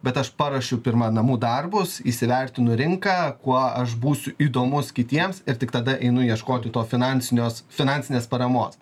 bet aš paruošiu pirma namų darbus įsivertinu rinką kuo aš būsiu įdomus kitiems ir tik tada einu ieškoti to finansinios finansinės paramos